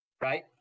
right